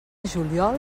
juliol